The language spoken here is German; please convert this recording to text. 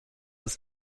ist